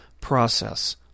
process